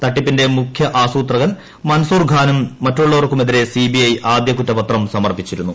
തട്ടിപ്പിന്റെ മുഖ്യ ആസൂത്രകൻ മൻസൂർഖാനും മറ്റുള്ളവർക്കുമെതിരെ സിബിഐ ആദ്യ കുറ്റപത്രം സമർപ്പിച്ചിരുന്നു